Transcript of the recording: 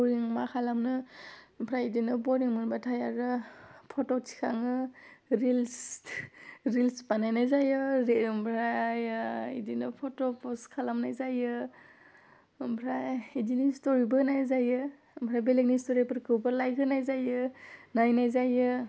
बरिं मा खालामनो ओमफ्राय बिदिनो बरिं मोनबाथाय आरो फट' थिखाङो रिल्स रिल्स बानायनाय जायो ओरै ओमफ्रायो बिदिनो फट' पस्ट खालामनाय जायो ओमफ्राय बिदिनो स्टरिबो होनाय जायो ओमफ्राय बेलेगनि स्टरिखौबो लाइक होनाय जायो नायनाय जायो